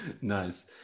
Nice